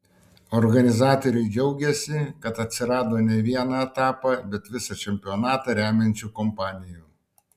organizatoriai džiaugiasi kad atsirado ne vieną etapą bet visą čempionatą remiančių kompanijų